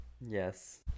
Yes